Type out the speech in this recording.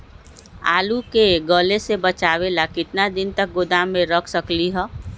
आलू के गले से बचाबे ला कितना दिन तक गोदाम में रख सकली ह?